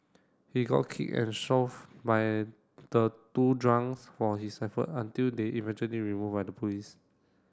he got kicked and shoved by the two drunks for his effort until they eventually removed by the police